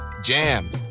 Jam